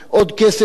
עוד כסף בקנטינה,